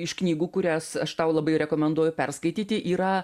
iš knygų kurias aš tau labai rekomenduoju perskaityti yra